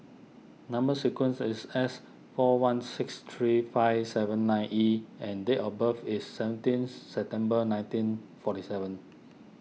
Number Sequence is S four one six three five seven nine E and date of birth is seventeenth September nineteen forty seven